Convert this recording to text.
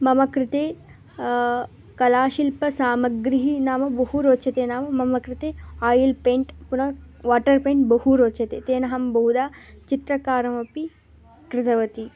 मम कृते कलाशिल्पसामग्री नाम बहु रोचते नाम मम कृते ओइल् पेण्ट् पुनः वाटर् पेण्ट् बहु रोचते तेन अहं बहुधा चित्रकारमपि कृतवती